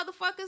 motherfuckers